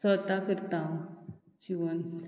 स्वता करता शिंवोन